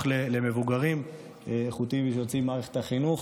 למבוגרים איכותיים כשהם יוצאים ממערכת החינוך.